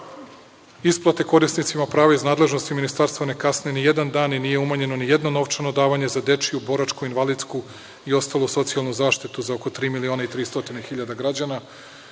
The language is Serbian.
Isplate korisnicima prava iz nadležnosti ministarstva ne kasne ni jedan dan i nije umanjeno nijedno novčano davanje za dečiju, boračku, invalidsku i ostalu socijalnu zaštitu za oko tri miliona i 300 hiljada